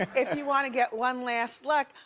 if you wanna get one last look,